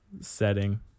setting